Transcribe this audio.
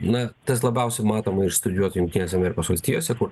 na tas labiausiai matoma išstudijuot jungtinėse amerikos valstijose kur